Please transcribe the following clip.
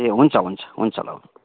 ए हुन्छ हुन्छ हुन्छ ल